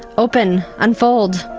open, unfold,